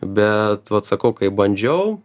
bet vat sakau kai bandžiau